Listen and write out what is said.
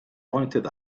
pointed